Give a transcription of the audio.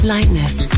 Lightness